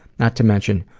not to mention,